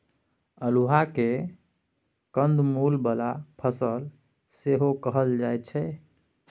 अल्हुआ केँ कंद मुल बला फसल सेहो कहल जाइ छै